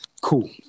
Cool